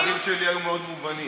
אני חושב שהדברים שלי היו מאוד מובנים.